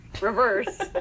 reverse